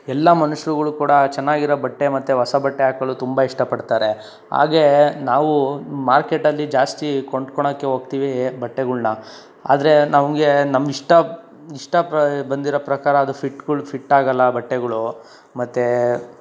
ಎಲ್ಲ ಮನುಷ್ಯರುಗಳು ಕೂಡ ಚೆನ್ನಾಗಿರೋ ಬಟ್ಟೆ ಮತ್ತು ಹೊಸ ಬಟ್ಟೆ ಹಾಕಲು ತುಂಬ ಇಷ್ಟಪಡ್ತಾರೆ ಹಾಗೇ ನಾವೂ ಮಾರ್ಕೆಟಲ್ಲಿ ಜಾಸ್ತಿ ಕೊಂಡ್ಕೊಳಕೆ ಹೋಗ್ತೀವಿ ಬಟ್ಟೆಗಳನ್ನ ಆದರೆ ನಮಗೆ ನಮ್ಮ ಇಷ್ಟ ಇಷ್ಟ ಪ್ರ ಬಂದಿರೋ ಪ್ರಕಾರ ಅದು ಫಿಟ್ಗಳು ಫಿಟ್ ಆಗಲ್ಲ ಬಟ್ಟೆಗಳು ಮತ್ತು